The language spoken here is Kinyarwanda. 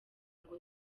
ngo